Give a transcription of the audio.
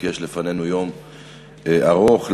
כי לפנינו יום ארוך.